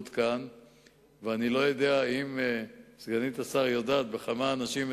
אני מקווה מאוד, גם אם התשובות שלך לא